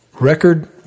Record